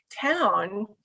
town